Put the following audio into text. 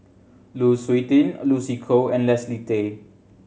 Lu Suitin Lucy Koh and Leslie Tay